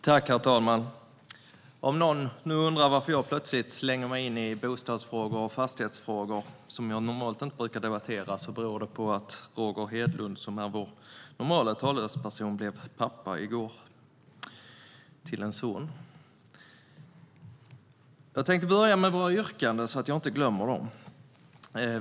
Herr talman! Om någon undrar varför jag plötsligt slänger mig ut och debatterar bostads och fastighetsfrågor som jag normalt inte brukar debattera kan jag säga att det beror på att Roger Hedlund, som är vår talesperson i de här frågorna, blev pappa i går till en pojke. Jag tänkte börja med våra yrkanden så att jag inte glömmer dem.